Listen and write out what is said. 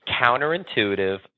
counterintuitive